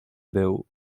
był